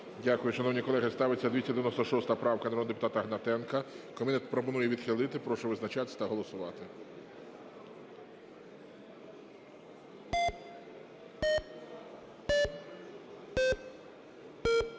Дякую. Шановні колеги, ставиться 296 правка народного депутата Гнатенка. Комітет пропонує її відхилити. Прошу визначатись та голосувати.